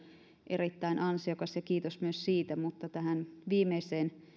erittäin ansiokas ja kiitos myös siitä mutta tähän viimeiseen